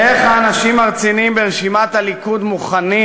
איך האנשים הרציניים ברשימת הליכוד מוכנים